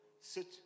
sit